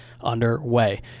underway